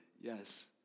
Yes